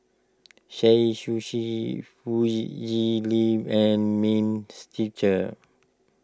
sei Sushi and means teacher